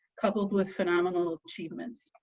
coupled with phenomenal achievements.